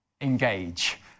engage